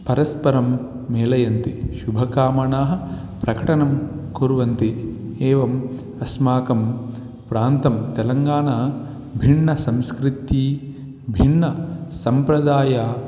परस्परं मेलयन्ति शुभकामनाः प्रकटनं कुर्वन्ति एवम् अस्माकं प्रान्तं तेलङ्गाणा भिन्न संस्कृतिः भिन्न सम्प्रदायः